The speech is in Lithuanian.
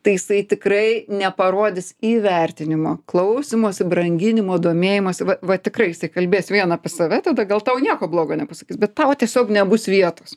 tai jisai tikrai neparodys įvertinimo klausymosi branginimo domėjimosi va va tikrai jisai kalbės vien apie save tada gal tau nieko blogo nepasakys bet tau tiesiog nebus vietos